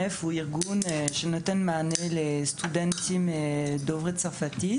ארגון שנותן מענה לסטודנטים עולים דוברי צרפתית